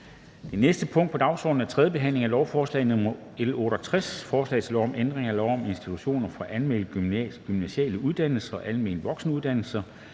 Det næste punkt på dagsordenen er: 10) 3. behandling af lovforslag nr. L 68: Forslag til lov om ændring af lov om institutioner for almengymnasiale uddannelser og almen voksenuddannelse